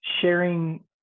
sharing